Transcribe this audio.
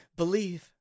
believe